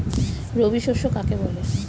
রবি শস্য কাকে বলে?